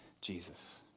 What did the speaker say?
Jesus